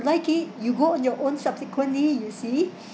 like it you go on your own subsequently you see